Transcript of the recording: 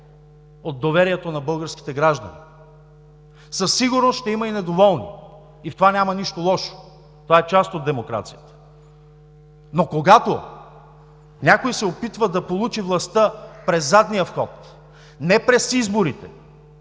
от доверието на българските граждани. Със сигурност ще има и недоволни. И в това няма нищо лошо. Това е част от демокрацията. Когато обаче някой се опитва да получи властта през задния вход – не през изборите,